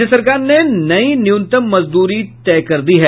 राज्य सरकार ने नई न्यूनतम मजदूरी तय कर दी है